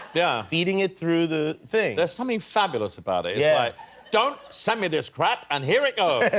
yeah feeding it through the thing. there's something fabulous about it yeah don't send me this crap and here it goes.